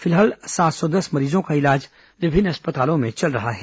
फिलहाल सात सौ दस मरीजों का इलाज विभिन्न अस्पतालों में चल रहा है